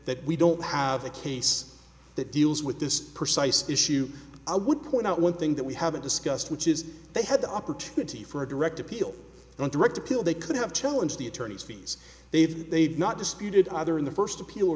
that we don't have a case that deals with this precise issue i would point out one thing that we haven't discussed which is they had the opportunity for a direct appeal on direct appeal they could have challenge the attorney's fees they've made not disputed either in the first appeal